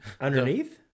underneath